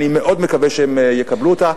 אני מאוד מקווה שהם יקבלו אותה.